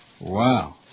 Wow